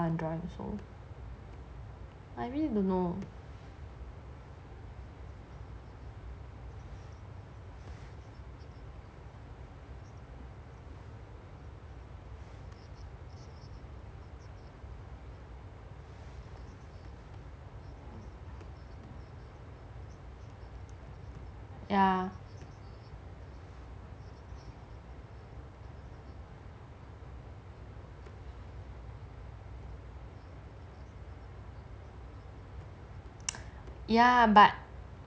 what I want to join also I really don't know ya but